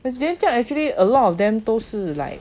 but then 这样 actually a lot of them 都是 like